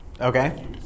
okay